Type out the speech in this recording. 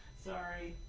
sorry.